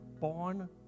born